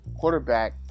quarterback